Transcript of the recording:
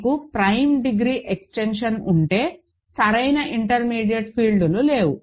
మీకు prime degree extension ఉంటే సరైన ఇంటర్మీడియట్ ఫీల్డ్లు లేవు